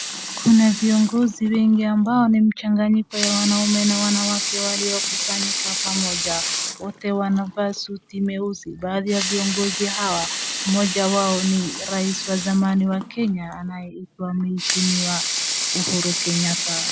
Kuna viongozi wengi ambao ni mchanganyiko ya wanaume na wanawake waliokusanyika pamoja. Wote wanavaa suti meusi. Baadhi ya viongozi hawa mmoja wao ni rais wa zamani wa Kenya anayeitwa mheshimiwa Uhuru Kenyatta.